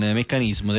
meccanismo